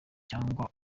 cyangwa